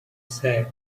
said